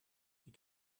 die